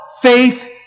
faith